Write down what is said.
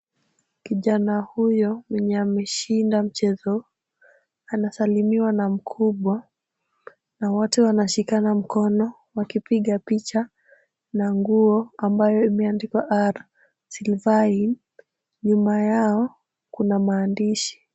Kijana huyo mwenye ameshinda mchezo anasalimiwa na mkubwa na wote wanashikana mkono wakipiga picha ni nguo ambayo imeandikwa R Silver Inn. Nyuma yao kuna maandishi.